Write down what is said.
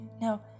Now